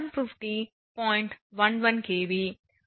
11 kV